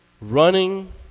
running